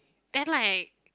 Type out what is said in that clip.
then like